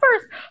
first